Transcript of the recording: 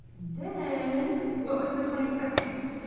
then, what was the twenty second?